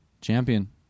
Champion